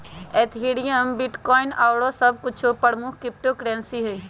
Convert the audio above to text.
Ethereum, bitcoin आउरो सभ कुछो प्रमुख क्रिप्टो करेंसी हइ